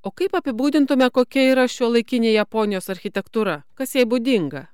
o kaip apibūdintume kokia yra šiuolaikinė japonijos architektūra kas jai būdinga